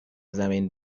زمین